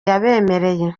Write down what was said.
yabemereye